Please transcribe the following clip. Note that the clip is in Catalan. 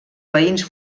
veïns